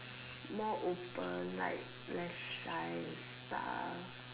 more open like less shy and stuff